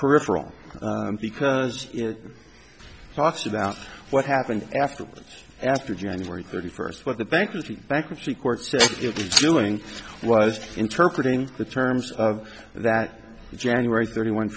peripheral because talks about what happened afterwards after january thirty first what the bankruptcy bankruptcy court said doing was interpreted in the terms of that january thirty one